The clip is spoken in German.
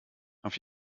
auf